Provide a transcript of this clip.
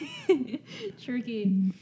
Tricky